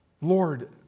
Lord